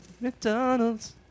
McDonald's